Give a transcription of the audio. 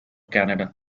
canada